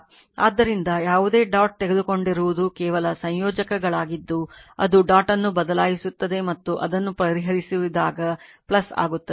ಆದ್ದರಿಂದ ಯಾವುದೇ ಡಾಟ್ ತೆಗೆದುಕೊಂಡಿರುವುದು ಕೇವಲ ಸಂಯೋಜಕಗಳಾಗಿದ್ದು ಅದು ಡಾಟ್ ಅನ್ನು ಬದಲಾಯಿಸುತ್ತದೆ ಮತ್ತು ಅದನ್ನು ಪರಿಹರಿಸಿದಾಗ ಆಗುತ್ತದೆ